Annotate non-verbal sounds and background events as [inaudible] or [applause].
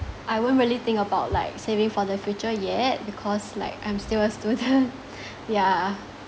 I won't really think about like saving for the future yet because like I'm still a student [laughs] yeah